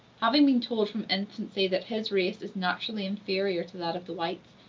having been told from infancy that his race is naturally inferior to that of the whites,